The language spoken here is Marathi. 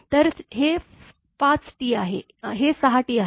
तर हे 5T आहे हे 6T आहे